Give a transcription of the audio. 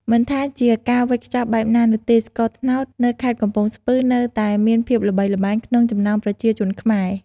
មិនថាជាការវេចខ្ចប់បែបណានោះទេ ស្ករត្នោតនៅខេត្តកំពង់ស្ពឺនៅតែមានភាពល្បីល្បាញក្នុងចំណោមប្រជាជនខ្មែរ។